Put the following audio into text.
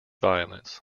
violence